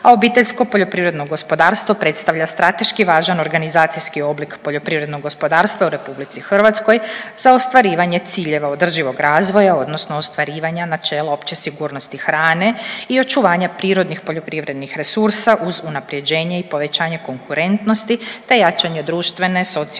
turizma i održivog razvoja, a OPG predstavlja strateški važan organizacijski oblik poljoprivrednog gospodarstva u RH za ostvarivanje ciljeva održivog razvoja odnosno ostvarivanja načela opće sigurnosti hrane i očuvanje prirodnih poljoprivrednih resursa uz unapređenje i povećanje konkurentnosti te jačanje društvene, socijalne,